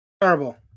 Terrible